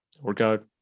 workout